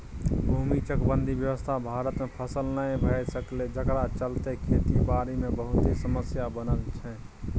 भूमि चकबंदी व्यवस्था भारत में सफल नइ भए सकलै जकरा चलते खेती बारी मे बहुते समस्या बनल छै